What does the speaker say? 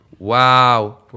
Wow